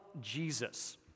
Jesus